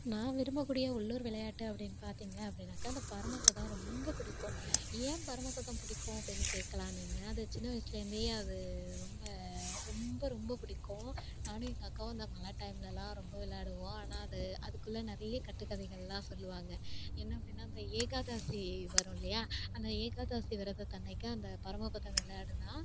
நான் விரும்பக்கூடிய உள்ளூர் விளையாட்டு அப்படின்னு பார்த்தீங்க அப்படின்னாக்கா அந்த பரமபதம் ரொம்ப பிடிக்கும் ஏன் பரமபதம் பிடிக்கும் அப்படின்னு கேட்கலாம் நீங்கள் அது சின்ன வயசிலேருந்தே அது ரொம்ப ரொம்ப ரொம்ப பிடிக்கும் நானும் எங்கள் அக்காவும் இந்த மழை டைம்லலாம் ரொம்ப விளாடுவோம் ஆனால் அது அதுக்குள்ளே நிறைய கட்டுக் கதைகளெலாம் சொல்லுவாங்க என்ன அப்படின்னா அந்த ஏகாதேசி வரும் இல்லையா அந்த ஏகாதேசி விரதத்து அன்றைக்கி அந்த பரமபதம் விளாடுனா